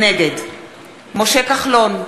נגד משה כחלון,